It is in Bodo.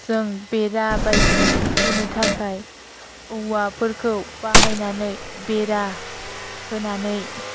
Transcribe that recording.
जों बेरा बायदि होनो थाखाय औवाफोरखौ बाहायनानै बेरा होनानै